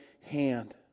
hand